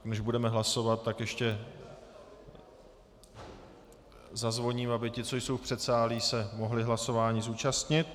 Než budeme hlasovat, ještě zazvoním, aby ti, co jsou v předsálí, se mohli hlasování zúčastnit.